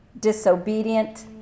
disobedient